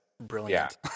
brilliant